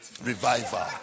Revival